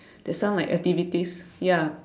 there's some like activities ya